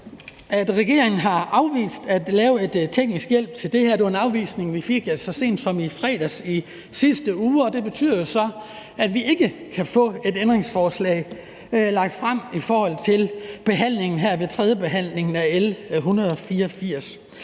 at regeringen har afvist at give teknisk hjælp til det her. Det var en afvisning, vi fik så sent som i fredags i sidste uge, og det betyder jo så, at vi ikke kan få stillet et ændringsforslag her til tredjebehandlingen af L 184.